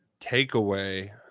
takeaway